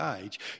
age